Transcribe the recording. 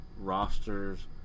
rosters